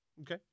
Okay